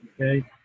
Okay